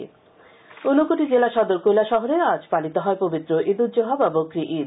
ঈদ ঊনকোটি ঊনকোটি জেলা সদর কৈলাসহরেও আজ পালিত হয় পবিত্র ইদুজ্জোহা বা বকরী ঈদ